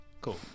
cool